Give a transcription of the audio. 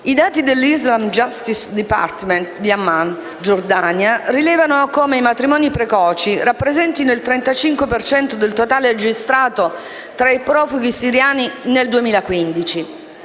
i dati dell'Islamic justice department di Amman (Giordania) rilevano come i matrimoni precoci rappresentino il 35 per cento del totale registrato tra i profughi siriani nel 2015.